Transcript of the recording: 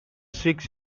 six